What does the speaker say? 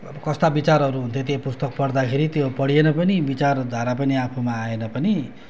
अब कस्ता विचारहरू हुन्थे ती पुस्तक पढ्दाखेरि त्यो पढिएन पनि त्यो विचारधारा पनि आफूमा आएन पनि